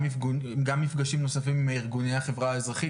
גם מפגשים נוספים עם ארגוני החברה האזרחית,